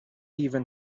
even